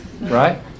right